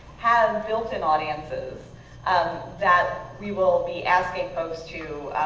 have built-in audiences um that we will be asking folks to,